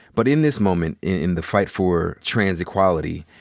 but in this moment, in the fight for trans equality,